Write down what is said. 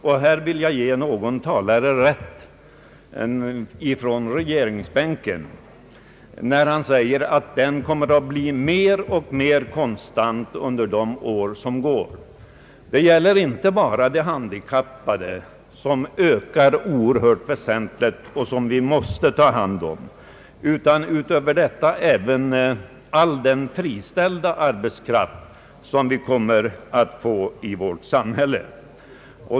Jag vill ge den talare från regeringsbänken rätt som anför att ökningen av antalet arbetslösa kommer att hålla sig mer och mer konstant under de närmaste åren. Vi måste inte bara ta hand om det ständigt ökande antalet handikappade utan också all den friställda arbetskraft som vi kommer att få.